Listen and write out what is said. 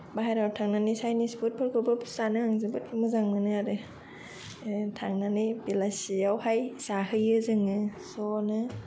बाहेराव थांनानै सायनिज फुडफोरखौ जानो आं जोबोद मोजां मोनो आरो ओ थांनानै बेलासियावहाय जाहैयो जोङो ज'नो